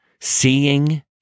Seeing